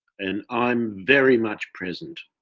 and i'm very much present.